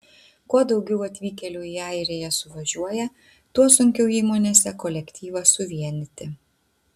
kuo daugiau atvykėlių į airiją suvažiuoja tuo sunkiau įmonėse kolektyvą suvienyti